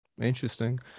Interesting